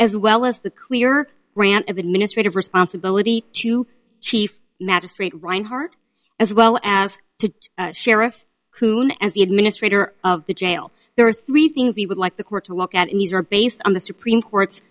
as well as the clear grant of administrative responsibility to chief magistrate rinehart as well as to sheriff coon as the administrator of the jail there are three things we would like the court to look at in these are based on the supreme court